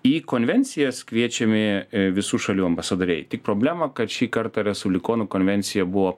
į konvencijas kviečiami visų šalių ambasadoriai tik problema kad šį kartą respublikonų konvencija buvo